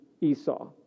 Esau